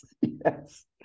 yes